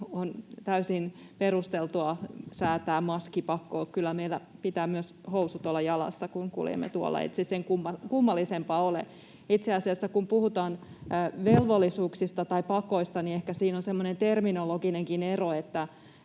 on täysin perusteltua säätää maskipakko. Kyllä meillä pitää myös housut olla jalassa, kun kuljemme tuolla, ei se sen kummallisempaa ole. Itse asiassa, kun puhutaan velvollisuuksista tai pakoista, niin ehkä siinä on semmoinen terminologinenkin ero: jos